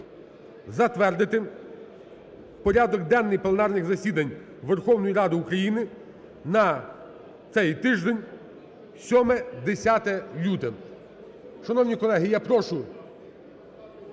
затвердити порядок денний пленарних засідань Верховної Ради України на цей тиждень 7-10 лютого.